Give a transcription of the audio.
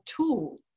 tool